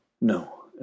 No